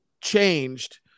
changed